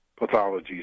pathologies